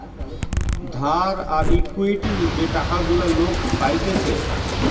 ধার আর ইকুইটি যে টাকা গুলা লোক পাইতেছে